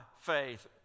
faith